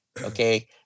Okay